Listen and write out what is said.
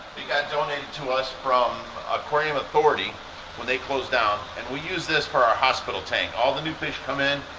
it got donated to us from aquarium authority when they closed down and we use this for our hospital tank. all the new fish come in.